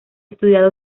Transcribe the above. estudiado